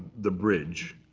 the bridge,